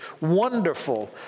Wonderful